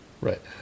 Right